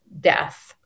death